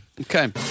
Okay